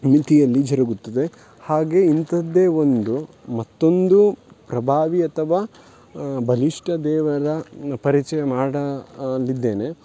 ಮಿತಿಯಲ್ಲಿ ಜರಗುತ್ತದೆ ಹಾಗೆ ಇಂಥದ್ದೇ ಒಂದು ಮತ್ತೊಂದು ಪ್ರಭಾವಿ ಅಥವಾ ಬಲಿಷ್ಠ ದೇವರ ಪರಿಚಯ ಮಾಡಲಿದ್ದೇನೆ